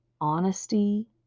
honesty